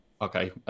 okay